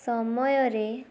ସମୟରେ